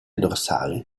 dorsale